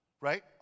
right